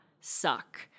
suck